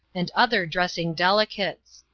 and other dressing delicates.